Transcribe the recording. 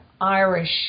Irish